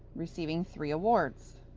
receiving three awards